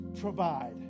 provide